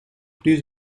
plus